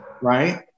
right